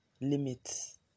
limits